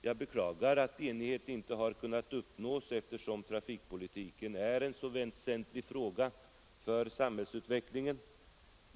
Jag beklagar att enighet inte har kunnat uppnås, eftersom trafikpolitiken är en så väsentlig fråga för samhällsutvecklingen.